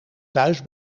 thuis